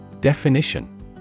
Definition